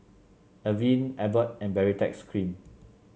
Avene Abbott and Baritex Cream